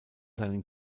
seinen